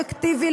אפקטיבי,